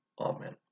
Amen